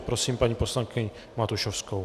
Prosím paní poslankyni Matušovskou.